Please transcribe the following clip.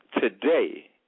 Today